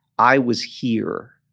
i was here.